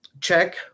check